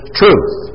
truth